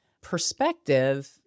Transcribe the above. perspective